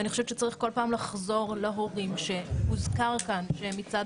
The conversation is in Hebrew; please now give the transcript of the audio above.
ואני חושבת שצריך כל פעם לחזור להורים שהוזכר כאן שמצד